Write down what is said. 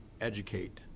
educate